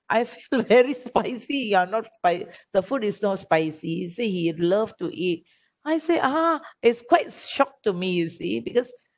I've very spicy you are not spi~ the food is not spicy you see he love to eat I say ah it's quite shocked to me you see because